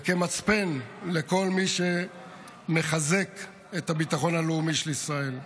וכמצפן לכל מי שמחזק את הביטחון הלאומי של ישראל.